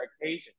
occasion